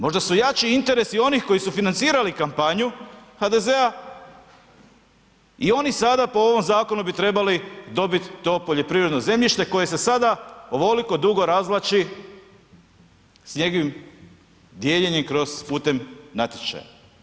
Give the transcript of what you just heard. Možda su jači interesi onih koji su financirali kampanju HDZ-a i oni sada po ovom zakonu bi trebali dobiti to poljoprivredno zemljište koje se sada ovoliko dugo razvlači s njegovim dijeljenjem kroz, putem natječaja.